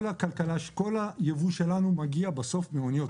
כל הייבוא שלנו מגיע באוניות.